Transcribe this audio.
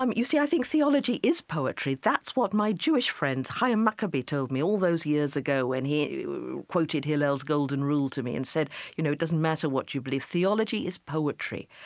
um you see, i think theology is poetry. that's what my jewish friend, chaim maccabee, told me all those years ago when he quoted hillel's golden rule to me and said, you know, it doesn't matter what you believe. theology is poetry.